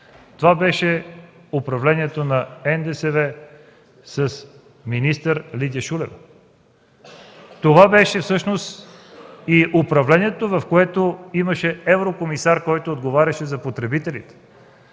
Това беше управлението на НДСВ с министър Лидия Шулева. Това беше всъщност и управлението, в което имаше еврокомисар, който отговаряше за потребителите,